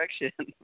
direction